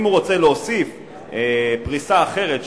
ואם הוא רוצה להוסיף פריסה אחרת,